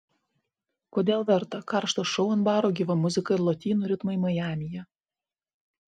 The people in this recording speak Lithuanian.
kodėl verta karštas šou ant baro gyva muzika ir lotynų ritmai majamyje